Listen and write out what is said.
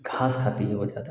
घास खाती है वह ज़्यादा